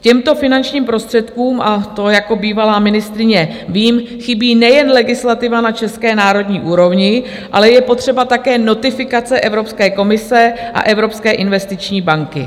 K těmto finančním prostředkům a to jako bývalá ministryně vím chybí nejen legislativa na české národní úrovni, ale je potřeba také notifikace Evropské komise a Evropské investiční banky.